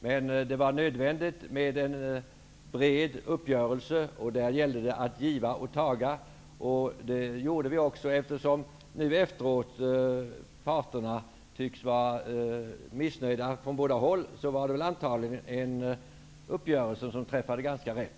Men det var nödvändigt med en bred uppgörelse. Där gällde det att giva och att taga, vilket vi gjorde. Eftersom båda parterna tycks vara missnöjda nu efteråt, tyder det på att uppgörelsen antagligen träffade ganska rätt.